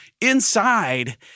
inside